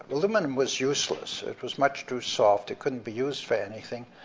lumen was useless, it was much too soft, it couldn't be used for anything,